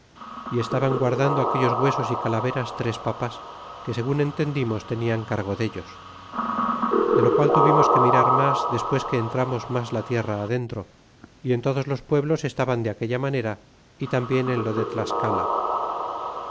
y estaban guardando aquellos huesos y calaveras tres papas que segun entendimos tenian cargo dellos de lo cual tuvimos que mirar mas despues que entramos mas la tierra adentro y en todos los pueblos estaban de aquella manera é tambien en lo de tlascala